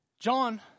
John